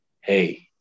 hey